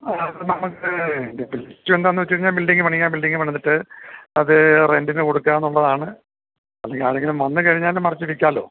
ആ നമുക്ക് എനിക്കെന്താണെന്നുവച്ചുകഴിഞ്ഞാല് ബിൽഡിങ് പണിയുക ബിൽഡിങ് പണിതിട്ട് അത് റെന്റിനു കൊടുക്കുക എന്നുള്ളതാണ് അപ്പോഴിനി ആരെങ്കിലും വന്നുകഴിഞ്ഞാലും മറിച്ചുവില്ക്കാമല്ലോ